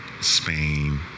Spain